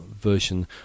version